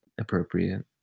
appropriate